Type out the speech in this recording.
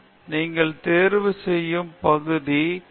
நீங்கள் எதாவது செய்ய முற்படும்போது கவனம் தானாக வரும் என்று நினைக்கிறேன்